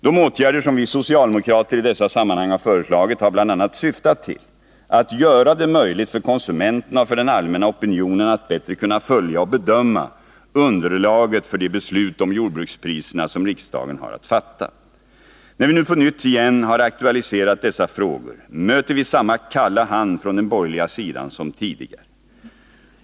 De åtgärder som vi socialdemokrater i dessa sammanhang har föreslagit har bl.a. syftat till att göra det möjligt för konsumenterna och för den allmänna opinionen att bättre kunna följa och bedöma underlaget för de beslut om jordbrukspriserna som riksdagen har att fatta. När vi nu på nytt har aktualiserat dessa frågor möter vi samma kalla hand från den borgerliga sidan som tidigare.